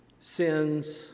sins